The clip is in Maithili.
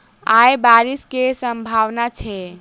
आय बारिश केँ सम्भावना छै?